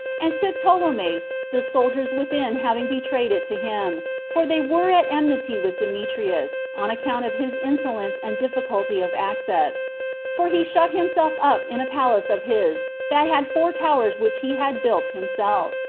and took ptolemais the soldiers within having betrayed it to him for they were at enmity with demetrius, on account of his insolence and difficulty of access for he shut himself up in a palace of his that had four towers which he had built himself,